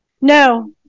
no